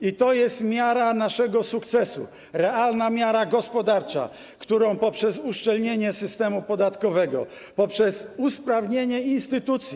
I to jest miara naszego sukcesu, realna miara gospodarcza, którą poprzez uszczelnienie systemu podatkowego, poprzez usprawnienie instytucji.